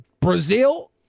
Brazil